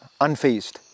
unfazed